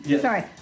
Sorry